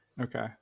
Okay